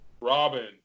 Robin